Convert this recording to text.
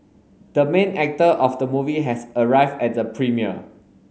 the main actor of the movie has arrived at the premiere